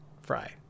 Fry